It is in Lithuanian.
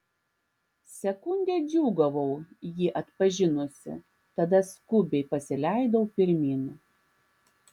sekundę džiūgavau jį atpažinusi tada skubiai pasileidau pirmyn